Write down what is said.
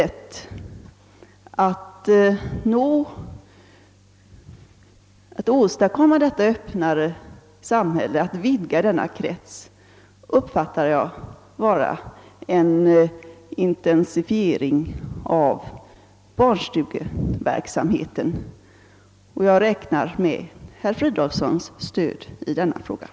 Ett sätt att åstadkomma detta öppnare samhälle och vidga kontaktkretsen anser jag vara en intensifiering av barnstugeverksamheten, och jag räknar med herr Fridolfssons stöd i det fallet.